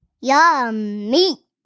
Yummy